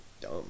dumb